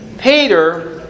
Peter